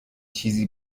چیزی